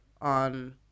on